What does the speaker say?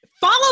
follow